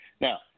Now